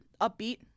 upbeat